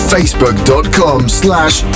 Facebook.com/slash